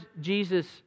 Jesus